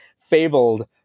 fabled